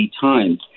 Times